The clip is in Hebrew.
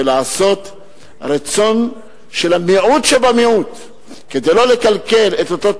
ולעשות רצון של המיעוט שבמיעוט כדי לא לקלקל את אותו טקס,